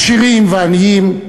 עשירים ועניים.